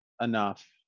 enough